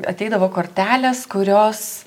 ateidavo kortelės kurios